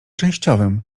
częściowym